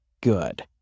good